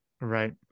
Right